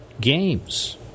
games